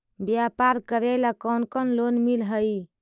व्यापार करेला कौन कौन लोन मिल हइ?